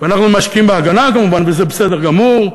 אנחנו משקיעים בהגנה, כמובן, וזה בסדר גמור.